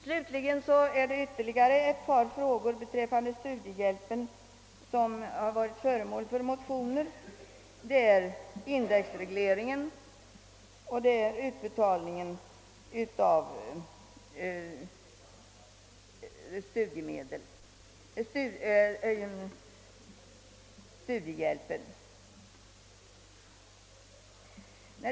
Slutligen har ytterligare ett par frågor beträffande studiehjälpen varit föremål för motioner, nämligen indexregleringen och utbetalningen av studiehjälpen.